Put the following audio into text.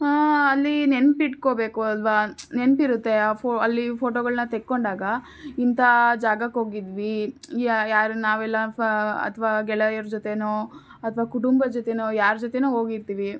ಅಲ್ಲಿ ನೆನಪಿಟ್ಕೊಬೇಕು ಅಲ್ವಾ ನೆನಪಿರುತ್ತೆ ಆ ಫೋ ಅಲ್ಲಿ ಫೋಟೊಗಳನ್ನ ತೆಕ್ಕೊಂಡಾಗ ಇಂಥ ಜಾಗಕ್ಕೆ ಹೋಗಿದ್ವಿ ಯಾರು ನಾವೆಲ್ಲ ಫ ಅಥವಾ ಗೆಳೆಯರು ಜೊತೆಯೋ ಅಥವಾ ಕುಟುಂಬದ ಜೊತೆಯೋ ಯಾರ ಜೊತೆಯೋ ಹೋಗಿರ್ತಿವಿ